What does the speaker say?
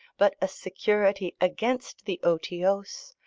but a security against the otiose,